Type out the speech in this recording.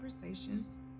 conversations